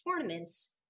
tournaments